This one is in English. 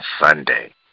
Sunday